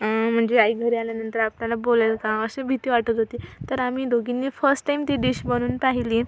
म्हणजे आई घरी आल्यानंतर आपल्याला बोलेल का अशी भीती वाटत होती तर आम्ही दोघींनी फर्स्ट टाइम ती डिश बनवून पाहिली